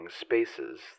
spaces